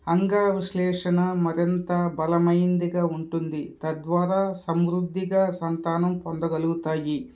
అంగ విశ్లేషణ మరింత బలమైనదిగా ఉంటుంది తద్వారా సమృద్ధిగా సంతానం పొందగలుగుతాయి